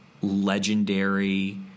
legendary